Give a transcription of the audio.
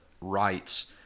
rights